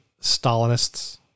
Stalinists